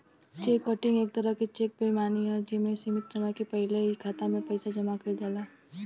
check cutting एक तरह के चेक बेईमानी ह जे में सीमित समय के पहिल ही खाता में पइसा जामा कइल जाला